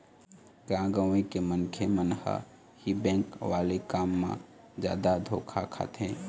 गाँव गंवई के मनखे मन ह ही बेंक वाले काम म जादा धोखा खाथे